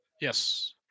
Yes